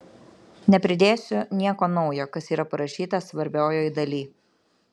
nepridėsiu nieko naujo kas yra parašyta svarbiojoj daly